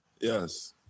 Yes